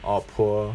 or poor